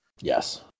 Yes